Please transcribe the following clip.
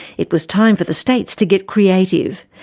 it was time for the states to get creative.